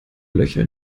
löcher